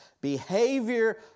behavior